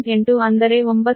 8 ಅಂದರೆ 9